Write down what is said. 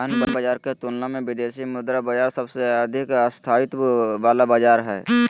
अन्य बाजार के तुलना मे विदेशी मुद्रा बाजार सबसे अधिक स्थायित्व वाला बाजार हय